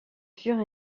fur